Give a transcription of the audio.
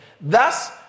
Thus